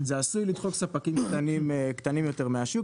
זה עשוי לדחות ספקים קטנים יותר מהשוק,